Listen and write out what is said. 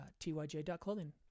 tyj.clothing